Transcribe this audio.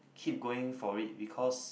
keep going for it because